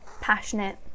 passionate